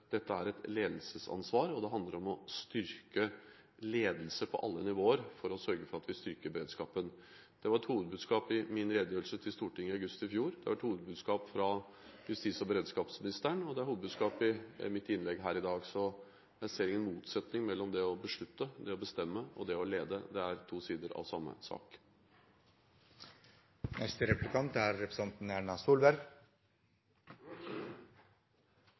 dette er et ledelsesansvar. Det handler om å styrke ledelse på alle nivåer for å sørge for at vi styrker beredskapen. Det var et hovedbudskap i min redegjørelse til Stortinget i august i fjor, det har vært hovedbudskap fra justis- og beredskapsministeren, og det er hovedbudskap i mitt hovedinnlegg her i dag. Så jeg ser ingen motsetning mellom det å beslutte – det å bestemme – og det å lede. Det er to sider av samme sak. Jeg er